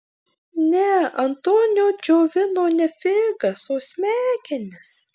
ne antonio džiovino ne figas o smegenis